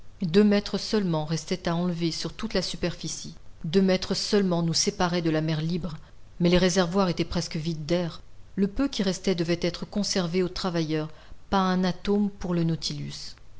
deux mètres seulement restaient à enlever sur toute la superficie deux mètres seulement nous séparaient de la mer libre mais les réservoirs étaient presque vides d'air le peu qui restait devait être conservé aux travailleurs pas un atome pour le nautilus